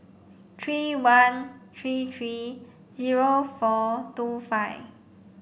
three one three three zero four two five